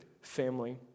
family